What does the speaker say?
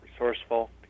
resourceful